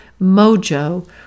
mojo